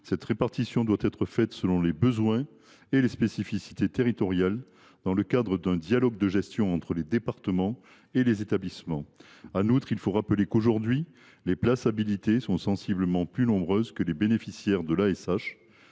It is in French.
Cette répartition doit être réalisée selon les besoins et les spécificités territoriales, dans le cadre du dialogue de gestion entre les départements et les établissements. En outre, il faut rappeler que les places habilitées sont aujourd’hui sensiblement plus nombreuses que les bénéficiaires de l’aide